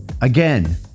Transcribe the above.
again